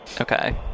Okay